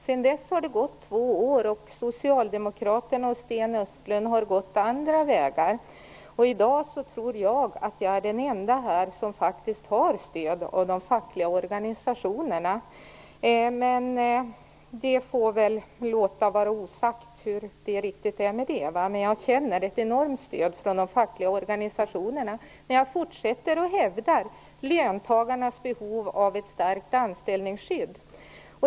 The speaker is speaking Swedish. Sedan dess har det gått två år och Socialdemokraterna och Sten Östlund har gått andra vägar. I dag tror jag att jag är den enda här som faktiskt har stöd av de fackliga organisationerna. Jag får väl låta det vara osagt riktigt hur det är med det, men jag känner ett enormt stöd från de fackliga organisationerna när jag fortsätter att hävda löntagarnas behov av ett starkt anställningsskydd.